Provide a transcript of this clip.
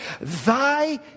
Thy